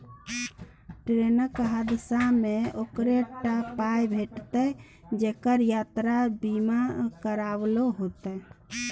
ट्रेनक हादसामे ओकरे टा पाय भेटितै जेकरा यात्रा बीमा कराओल रहितै